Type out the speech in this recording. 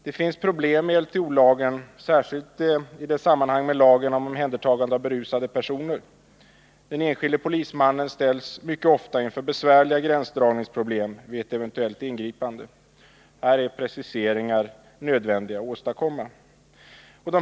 Det finns problem med LTO särskilt i dess sammanhang med lagen om omhändertagande av berusade personer. Den enskilde polismannen ställs ofta inför besvärliga gränsdragningsproblem vid ett eventuellt ingripande. Här är det nödvändigt att åstadkomma preciseringar. Bl.